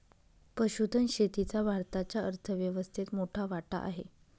पशुधन शेतीचा भारताच्या अर्थव्यवस्थेत मोठा वाटा आहे